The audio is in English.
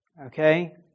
Okay